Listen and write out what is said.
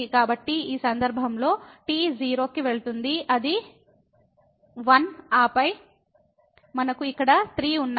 కాబట్టి ఈ సందర్భంలో t 0 కి వెళుతుంది అది 1 ఆపై మనకు ఇక్కడ 3 ఉన్నాయి